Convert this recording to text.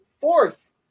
fourth